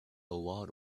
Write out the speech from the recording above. lot